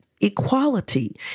equality